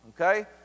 okay